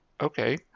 okay